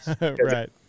Right